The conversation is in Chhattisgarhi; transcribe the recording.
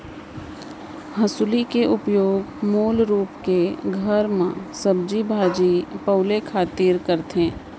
हँसुली के उपयोग मूल रूप के घर म सब्जी भाजी पउले खातिर करे जाथे